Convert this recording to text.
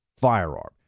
firearm